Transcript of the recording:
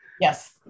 Yes